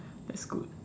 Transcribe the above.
that's good